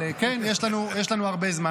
כן, יש לנו הרבה זמן.